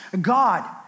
God